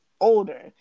older